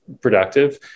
productive